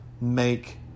make